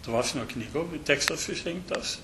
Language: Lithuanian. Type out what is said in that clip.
dvasiniom knygom tekstas išrinktas